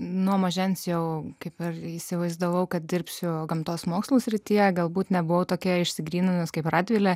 nuo mažens jau kaip aš įsivaizdavau kad dirbsiu gamtos mokslų srityje galbūt nebuvau tokia išsigryninus kaip radvilė